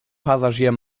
passagier